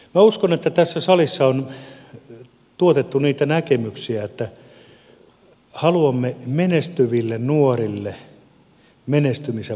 minä uskon että tässä salissa on tuotettu niitä näkemyksiä että haluamme menestyville nuorille menestymisen mahdollisuuksia